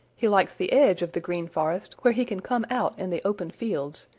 he likes the edge of the green forest where he can come out in the open fields,